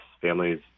families